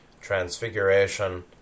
transfiguration